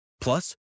Plus